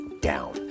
down